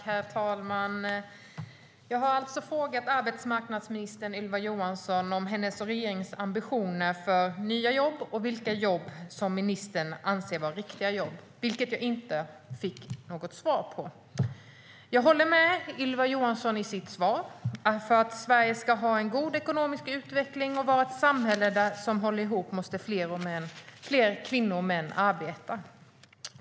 Herr talman! Jag har alltså frågat arbetsmarknadsminister Ylva Johansson om hennes och regeringens ambitioner för nya jobb och vilka jobb ministern anser vara riktiga jobb, vilket jag inte fick något svar på. Jag håller med Ylva Johansson om det hon säger i sitt svar om att om Sverige ska ha en god ekonomisk utveckling och vara ett samhälle som håller ihop måste fler kvinnor och män arbeta.